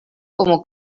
como